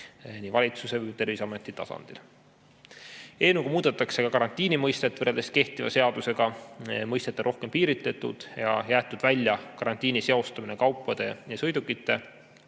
valitsuse kui ka Terviseameti tasandil. Eelnõuga muudetakse ka karantiini mõistet. Võrreldes kehtiva seadusega on mõistet rohkem piiritletud ja jäetud välja karantiini seostamine kaupade ja sõidukite